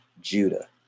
Judah